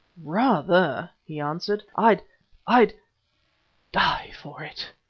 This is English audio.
rather, he answered i'd i'd die for it!